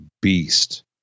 beast